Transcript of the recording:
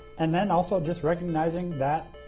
and then also just recognizing that